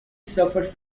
suffered